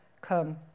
come